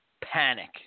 panic